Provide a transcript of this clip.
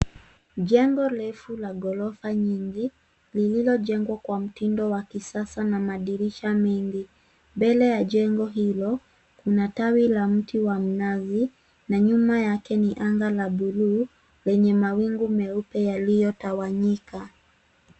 Jengo refu la ghorofa nyingi, lililojengwa kwa mtindo wa kisasa na madirisha mengi. Mbele ya jengo hilo, kuna tawi la mti wa mnazi na nyuma yake ni anga la buluu, lenye mawingu meupe yaliyotawanyika.